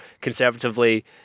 conservatively